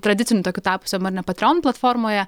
tradiciniu tokiu tapusiu patrijon platformoje